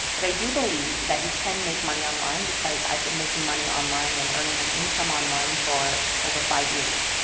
but i do believe that you can make money online because i've been making money online and earning an income online for over five years.